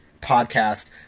podcast